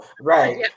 right